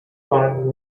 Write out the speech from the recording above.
current